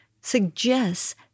suggests